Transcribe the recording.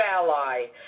ally